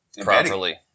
properly